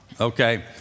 okay